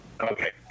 Okay